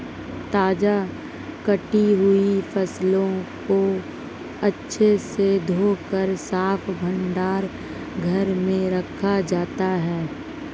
ताजा कटी हुई फसलों को अच्छे से धोकर साफ भंडार घर में रखा जाता है